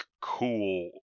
cool